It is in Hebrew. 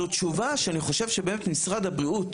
זאת תשובה שמשרד הבריאות